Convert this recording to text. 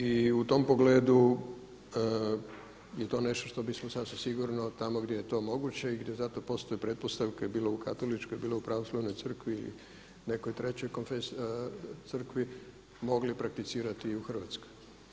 I u tom pogledu je to nešto što bismo sasvim sigurno tamo gdje je to moguće i gdje za to postoje pretpostavke bilo u katoličkoj, bilo u pravoslavnoj crkvi ili nekoj trećoj crkvi mogli prakticirati i u Hrvatskoj.